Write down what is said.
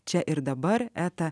čia ir dabar eta